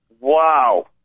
Wow